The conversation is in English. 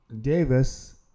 Davis